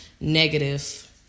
negative